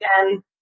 again